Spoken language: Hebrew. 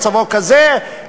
מצבו כזה,